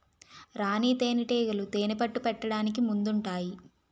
రాణీ తేనేటీగలు తేనెపట్టు పెట్టడానికి ముందుంటాయి